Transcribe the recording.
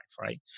right